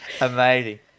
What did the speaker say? Amazing